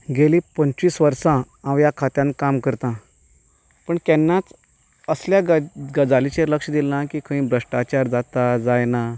गेल्लीं पंचवीस वर्सां हांव ह्या खात्यांत काम करतां पूण केन्नाच असल्या गजालीचेर लक्ष दिलें ना की खंय भ्रश्टाचार जाता जायना